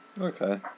Okay